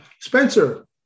Spencer